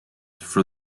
for